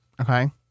Okay